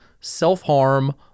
self-harm